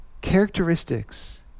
Characteristics